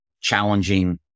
challenging